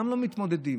לא מתמודדים,